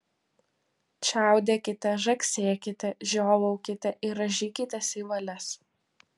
čiaudėkite žagsėkite žiovaukite ir rąžykitės į valias